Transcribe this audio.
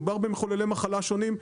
מדובר במחוללי מחלה שונים,